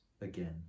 again